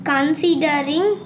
Considering